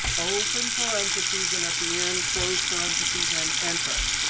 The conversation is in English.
open parentheses, and at the end, close parentheses, and enter.